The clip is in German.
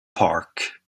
park